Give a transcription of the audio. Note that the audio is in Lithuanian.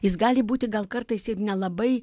jis gali būti gal kartais ir nelabai